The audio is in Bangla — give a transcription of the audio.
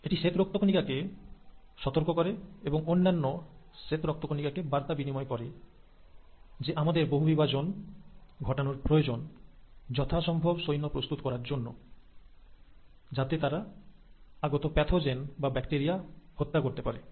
এটি শ্বেত রক্তকণিকাকে সতর্ক করে এবং অন্যান্য শ্বেত রক্তকণিকাকে বার্তা বিনিময় করে যে আমাদের বহুবিভাজন ঘটানোর প্রয়োজন যথাসম্ভব প্রতিরোধ প্রস্তুত করার জন্য যাতে তারা আগত প্যাথোজেন বা ব্যাকটেরিয়া মেরে ফেলতে পারে